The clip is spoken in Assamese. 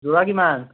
যোৰা কিমান